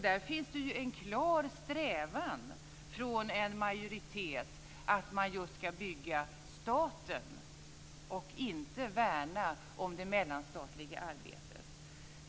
Där finns det en klar strävan från en majoritet att just bygga staten och inte värna om det mellanstatliga arbetet.